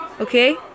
Okay